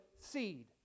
seed